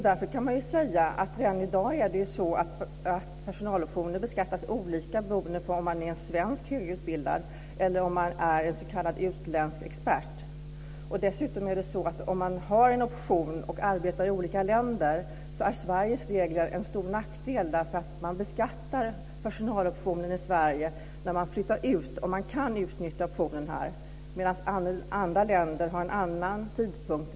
Därför kan man redan i dag säga att personaloptioner beskattas olika beroende på om man är en svensk högutbildad eller om man är en s.k. utländsk expert. Om man har en option och arbetar i olika länder är Sveriges regler till stor nackdel. Man beskattar personaloptionen i Sverige när man flyttar ut, om man kan utnyttja optionen här, medan andra länder har en annan tidpunkt.